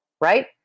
right